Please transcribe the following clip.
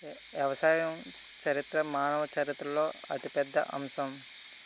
వ్యవసాయం చరిత్ర మానవ చరిత్రలో అతిపెద్ద అంశం